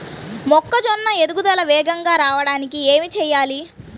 మొక్కజోన్న ఎదుగుదల వేగంగా రావడానికి ఏమి చెయ్యాలి?